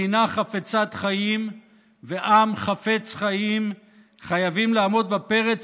מדינה חפצת חיים ועם חפץ חיים חייבים לעמוד בפרץ